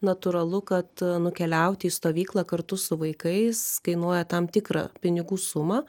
natūralu kad nukeliauti į stovyklą kartu su vaikais kainuoja tam tikrą pinigų sumą